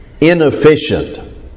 inefficient